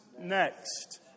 next